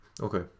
Okay